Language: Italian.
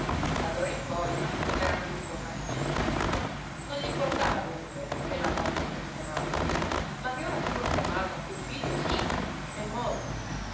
te d'allora in poi non era piú ritornato in città non gli importava dunque che la moglie stesse male ma che ora si fosse ammalato anche il figlio sí e molto